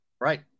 Right